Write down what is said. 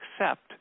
accept